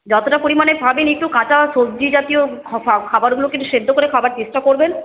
যতটা পরিমাণে খাবেন একটু কাঁচা সবজি জাতীয় খাবারগুলোকে সেদ্ধ করে খাবার চেষ্টা করবেন